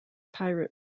pirate